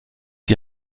die